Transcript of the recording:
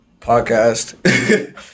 podcast